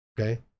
Okay